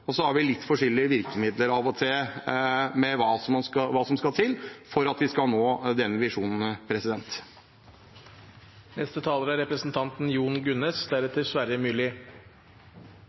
og så har vi litt forskjellige virkemidler av og til når det gjelder hva som skal til for at vi skal nå den visjonen. Representanten